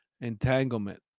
Entanglement